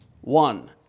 one